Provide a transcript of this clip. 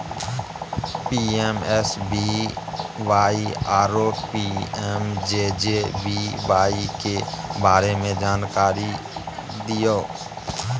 PMSBY आरो PMJJBY के बारे मे जानकारी दिय?